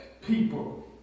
people